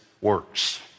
works